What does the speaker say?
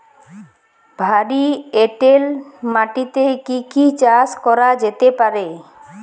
ভারী এঁটেল মাটিতে কি কি চাষ করা যেতে পারে?